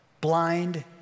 blind